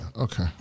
Okay